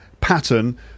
pattern